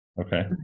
Okay